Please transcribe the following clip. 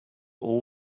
all